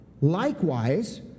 Likewise